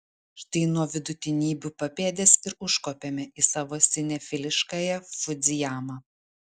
štai nuo vidutinybių papėdės ir užkopėme į savo sinefiliškąją fudzijamą